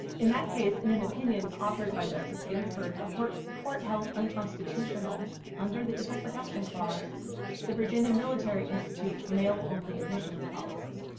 in that case, in an opinion authored by justice ginsburg, the court court held unconstitutional under the equal protection clause the virginia military institute's male-only admissions policy.